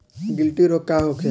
गिलटी रोग का होखे?